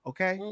Okay